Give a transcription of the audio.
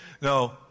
No